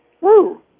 Woo